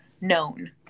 known